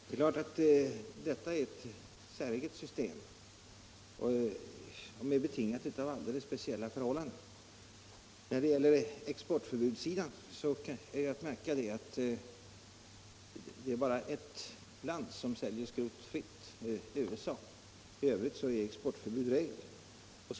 Det är klart att detta är ett säreget system, som är betingat av alldeles speciella förhållanden. När det gäller exportförbudssidan är att märka att det bara är ett enda land som säljer skrot fritt, nämligen USA. I övrigt är exportförbud regel.